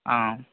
ஆம்